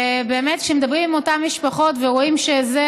ובאמת, כשמדברים עם אותן משפחות ורואים שזה